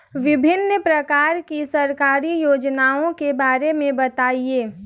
विभिन्न प्रकार की सरकारी योजनाओं के बारे में बताइए?